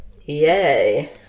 Yay